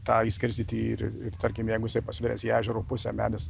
tą išskirstyti ir ir tarkim jeigu jisai pasviręs į ežero pusę medis